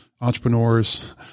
entrepreneurs